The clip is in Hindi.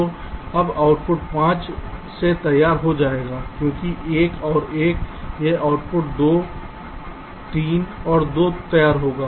तो अब आउटपुट 5 से तैयार हो जाएगा क्योंकि 1 और 1 यह आउटपुट 2 3 और 2 से तैयार होगा